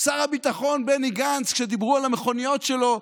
שר הביטחון בני גנץ, כשדיברו על המכוניות שלו: